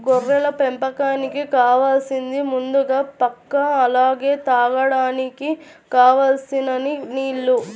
గొర్రెల పెంపకానికి కావాలసింది ముందుగా పాక అలానే తాగడానికి కావలసినన్ని నీల్లు